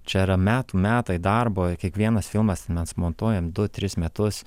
čia yra metų metai darbo kiekvienas filmas mes montuojam du tris metus